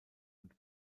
und